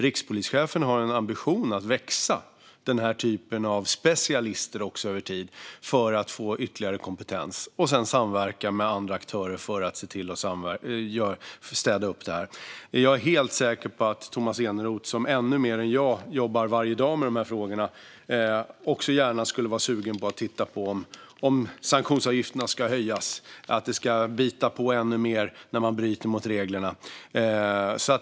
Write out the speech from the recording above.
Rikspolischefen har en ambition att över tid utöka antalet sådana specialister för att få ytterligare kompetens. Han vill även samverka med aktörer för att städa upp här. Jag är helt säker på att Tomas Eneroth, som ännu mer än jag varje dag jobbar med dessa frågor, är sugen på att se om sanktionsavgifterna ska höjas så att det biter ännu mer när man bryter mot reglerna.